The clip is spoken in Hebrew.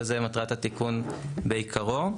וזו מטרת התיקון בעיקרו.